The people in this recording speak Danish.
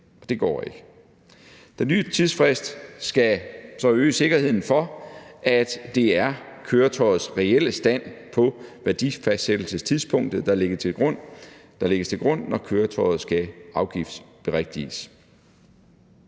og det går ikke. Den nye tidsfrist skal øge sikkerheden for, at det er køretøjets reelle stand på værdifastsættelsestidspunktet, der lægges til grund, når køretøjet skal afgiftsberigtiges.